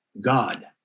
God